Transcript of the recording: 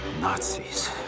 Nazis